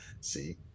See